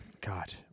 god